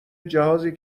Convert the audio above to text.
جهازی